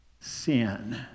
sin